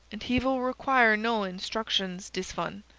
and he vill require no insdrucshons, dis one.